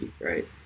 right